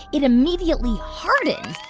it immediately hardens.